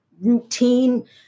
routine